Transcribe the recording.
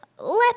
let